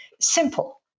Simple